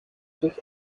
durch